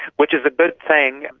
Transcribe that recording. which is a good thing,